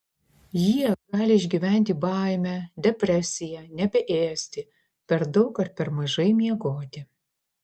jie gali išgyventi baimę depresiją nebeėsti per daug ar per mažai miegoti